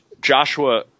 Joshua